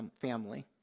family